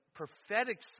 prophetic